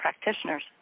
practitioners